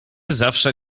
zawsze